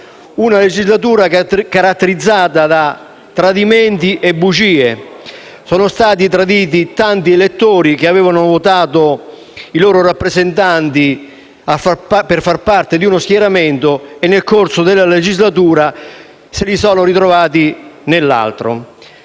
Una legislatura caratterizzata da tradimenti e bugie: sono stati traditi tanti elettori che avevano votato i loro rappresentanti per far parte di uno schieramento e nel corso della legislatura se li sono ritrovati nell'altro.